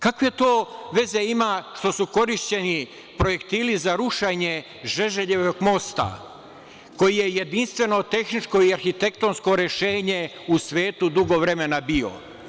Kakve to veze ima što su korišćeni projektili za rušenje Žeželjevog mosta, koji je jedinstveno tehničko i arhitektonsko rešenje u svetu dugo vremena bio?